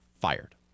fired